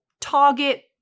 target